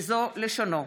וזו לשונו: